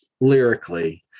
lyrically